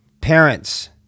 Parents